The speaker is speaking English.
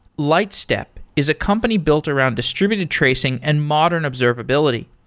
lightstep is a company built around distributed tracing and modern observability.